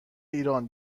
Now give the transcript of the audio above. ایران